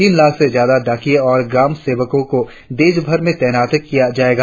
तीन लाख से ज्यादा डाकिये और ग्राम सेवकों को देशभर में तैनात किया जाएगा